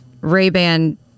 Ray-Ban